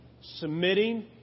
Submitting